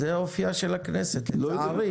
זה אופייה של הכנסת, לצערי.